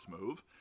move